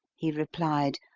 he replied,